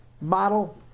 model